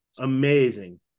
amazing